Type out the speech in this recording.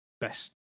best